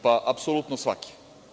Pa, apsolutno svake.